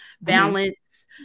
balance